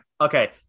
Okay